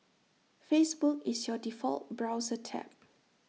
Facebook is your default browser tab